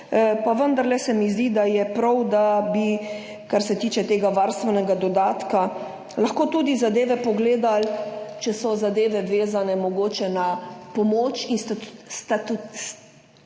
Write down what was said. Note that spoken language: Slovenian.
da je prav, da bi, kar se tiče tega varstvenega dodatka, lahko tudi zadeve pogledali, če so zadeve vezane mogoče na pomoč